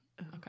Okay